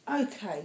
Okay